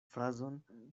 frazon